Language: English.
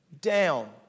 down